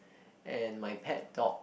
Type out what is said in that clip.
and my pet dog